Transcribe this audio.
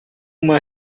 uma